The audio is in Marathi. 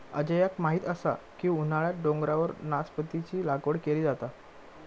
अजयाक माहीत असा की उन्हाळ्यात डोंगरावर नासपतीची लागवड केली जाता